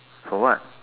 for what